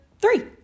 three